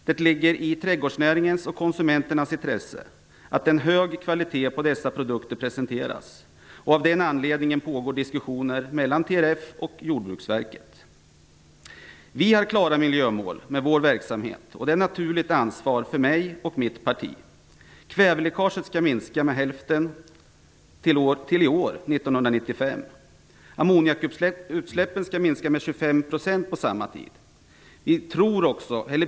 Det ligger i trädgårdsnäringens och konsumenternas intressen att en hög kvalitet på dessa produkter presenteras. Av den anledningen pågår diskussioner mellan Vår verksamhet har klara miljömål, vilket är ett naturligt ansvar för mig och mitt parti. Kväveläckaget skall minska till hälften till i år, 1995. Ammoniakutsläppen skall minska med 25 % fram till samma tidpunkt.